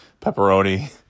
pepperoni